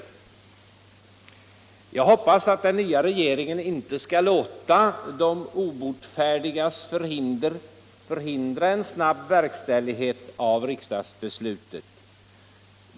Jag hoppas att den nya regeringen inte skall låta ”de obotfärdigas förhinder” omintetgöra en snabb verkställighet av riksdagsbeslutet.